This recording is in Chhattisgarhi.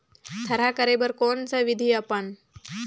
थरहा करे बर कौन सा विधि अपन?